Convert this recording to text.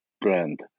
brand